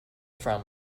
from